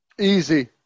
Easy